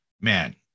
man